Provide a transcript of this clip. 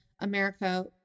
America